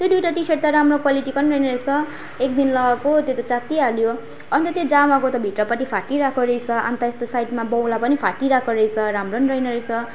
त्यो दुईटा T shirt त राम्रो क्वालिटीको पनि रहेन रहेछ एक दिन लगाएको त्यो त च्यात्तिइ हाल्यो अन्त त्यो जामाको त भित्रपट्टि फाटिरहेको रहेछ अन्त यस्तो साइडमा बौला पनि फाटिरहेको रहेछ राम्रो पनि रहेन रहेछ